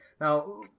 Now